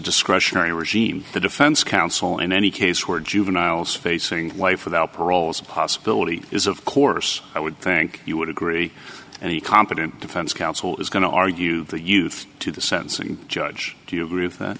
discretionary regime the defense counsel in any case were juveniles facing life without parole as a possibility is of course i would think you would agree and he competent defense counsel is going to argue the youth to the sentencing judge do you agree with that